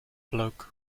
bloke